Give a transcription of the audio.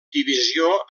divisió